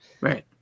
Right